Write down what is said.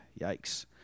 Yikes